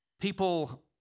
people